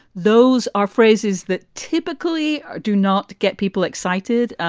those. our phrases that typically do not get people excited.